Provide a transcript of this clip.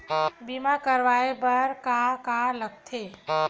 बीमा करवाय बर का का लगथे?